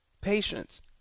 patience